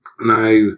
Now